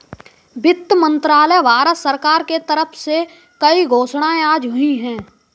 वित्त मंत्रालय, भारत सरकार के तरफ से कई घोषणाएँ आज हुई है